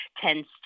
tends